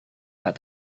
pak